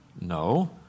No